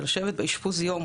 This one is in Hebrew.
של לשבת באשפוז יום,